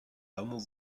hameau